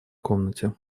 комнате